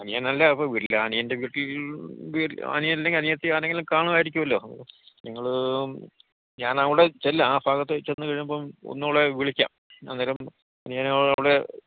അനിയനല്ലേ അപ്പോള് അനിയൻ്റെ വീട്ടിൽ വീട്ടിൽ അനിയൻ അല്ലെങ്കില് അനിയത്തിയാണെങ്കിലും കാണുമായിരിക്കുമല്ലോ നിങ്ങള് ഞാനവിടെ ചെല്ലാം ആ ഭാഗത്തു ചെന്നുകഴിയുമ്പോള് ഒന്നുകൂടെ വിളിക്കാം അന്നേരം അനിയനോട്